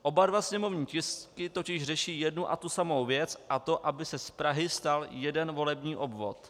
Oba dva sněmovní tisky totiž řeší jednu a tu samou věc, a to aby se z Prahy stal jeden volební obvod.